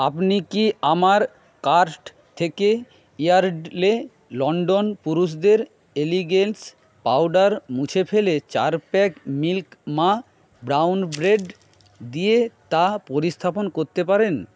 আপনি কি আমার কার্ট থেকে ইয়ার্ডলে লন্ডন পুরুষদের এলিগেন্স পাউডার মুছে ফেলে চার প্যাক মিল্ক মা ব্রাউন ব্রেড দিয়ে তা প্রতিস্থাপন করতে পারেন